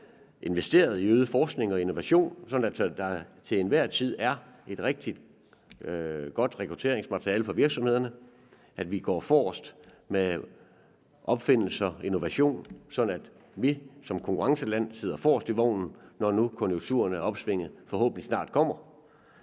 at vi får investeret i øget forskning og innovation, så der til enhver tid er et rigtig godt rekrutteringsmateriale for virksomhederne, at vi går forrest, når det gælder opfindelser og innovation, sådan at vi som et konkurrenceland sidder forrest i vognen, når konjunkturerne vender og opsvinget forhåbentlig snart kommer.